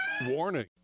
Warning